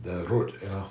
the road you know